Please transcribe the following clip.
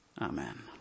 Amen